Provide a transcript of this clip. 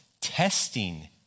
testing